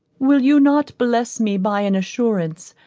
will you not bless me by an assurance,